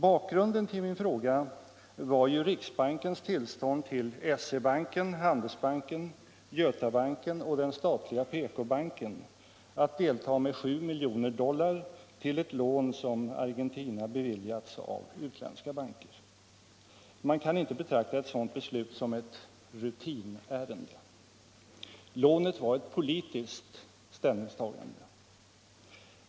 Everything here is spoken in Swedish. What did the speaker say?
Bakgrunden ull min fråga var ju riksbankens tillstånd uill SE-banken, Handelsbanken, Götabanken och den statliga PK-banken att delta med 7 miljoner dollar till ett lån som Argentina beviljats av utländska banker. Man kan inte betrakta ett sådant beslut som eu rutinärende. Lånet var ett politiskt ställningstagande.